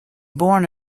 born